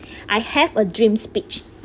I have a dream speech